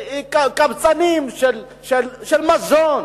קבצנים של מזון,